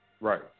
Right